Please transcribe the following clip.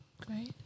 Great